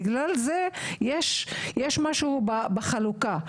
בגלל זה יש משהו בחלוקה,